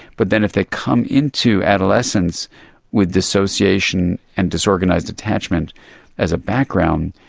but then if they come into adolescence with dissociation and disorganised attachment as a background,